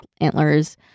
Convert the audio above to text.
antlers